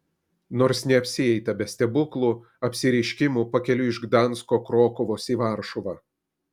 nors neapsieita be stebuklų apsireiškimų pakeliui iš gdansko krokuvos į varšuvą